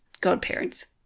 godparents